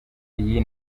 iyo